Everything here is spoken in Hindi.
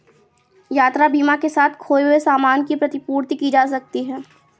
यात्रा बीमा के साथ खोए हुए सामान की प्रतिपूर्ति की जा सकती है